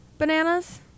Bananas